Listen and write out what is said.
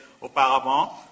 auparavant